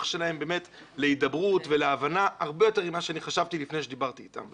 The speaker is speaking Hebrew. שלהם באמת להידברות ולהבנה הרבה יותר ממה שאני חשבתי לפני שדיברתי איתם.